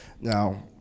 Now